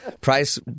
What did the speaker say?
Price